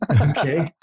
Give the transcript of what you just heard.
Okay